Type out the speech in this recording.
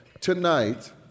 tonight